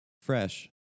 Fresh